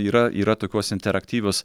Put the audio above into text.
yra yra tokios interaktyvios